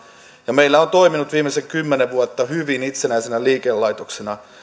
ja meillä on toiminut viimeiset kymmenen vuotta hyvin itsenäisenä liikelaitoksena